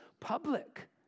public